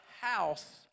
house